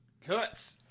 Cuts